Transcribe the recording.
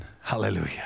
Hallelujah